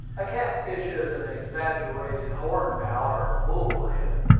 a catfish is an exaggerated hornpout, or bullhead.